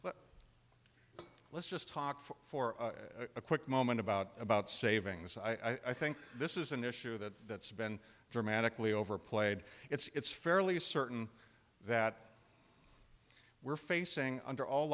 but let's just talk for a quick moment about about savings i think this is an issue that that's been dramatically overplayed it's fairly certain that we're facing under all